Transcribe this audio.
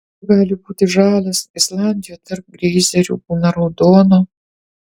vanduo gali būti žalias islandijoje tarp geizerių būna raudono